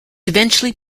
eventually